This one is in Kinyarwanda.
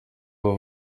aba